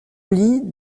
lit